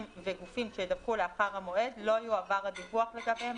והדיווח לגבי גופים שידווחו לאחר המועד לא יועבר לוועדה.